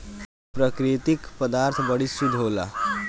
प्रकृति क पदार्थ बड़ी शुद्ध होला